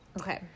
Okay